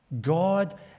God